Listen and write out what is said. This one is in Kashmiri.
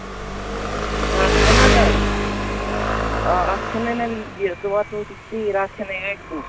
زٕ ہَتھ کُنوَنزاہ حظ آ اَتھ ژھٮ۪نہٕ نَے نہ یہِ ژٕ واتنووُتھ یہِ ژیٖرۍ اَتھ ژھٮ۪نہٕ نَے أڑۍ پونٛسہٕ